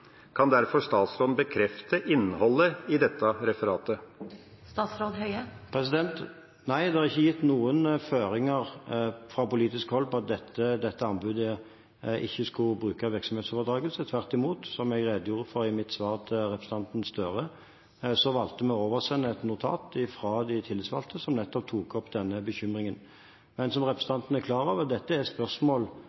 statsråden derfor bekrefte innholdet i dette referatet? Nei, det er ikke gitt noen føringer fra politisk hold om at dette anbudet ikke skulle bruke virksomhetsoverdragelse. Tvert imot, som jeg redegjorde for i mitt svar til representanten Gahr Støre, valgte vi å oversende et notat fra de tillitsvalgte som nettopp tok opp denne bekymringen. Men som